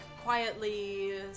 quietly